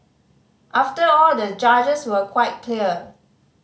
after all the judges were quite clear